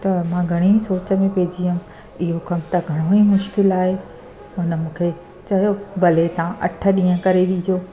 त मां घणेई सोच में पइजी वियमि इहो कम त घणो ई मुश्किलु आहे हुन मूंखे चयो भले तव्हां अठ ॾींहं करे ॾिजो